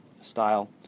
style